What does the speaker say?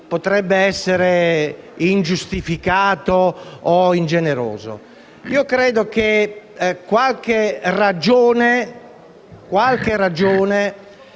potrebbe essere ingiustificato o ingeneroso, e credo che una qualche ragione